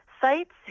sites